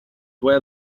where